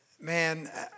man